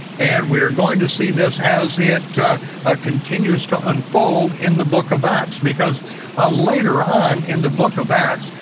and we're going to see this as it ah continues to unfold in the book of acts. because ah later on in the book of acts,